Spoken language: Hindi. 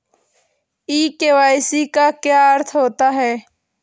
ई के.वाई.सी का क्या अर्थ होता है?